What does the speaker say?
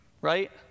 Right